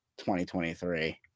2023